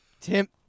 Tim